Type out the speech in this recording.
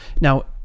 Now